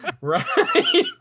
right